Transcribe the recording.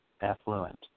affluent